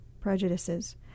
prejudices